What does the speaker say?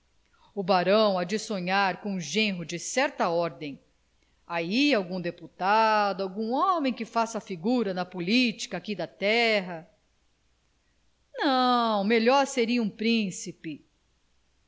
o barão há de sonhar com um genro de certa ordem ai algum deputado algum homem que faça figura na política aqui da terra não melhor seria um príncipe